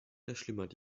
verschlimmert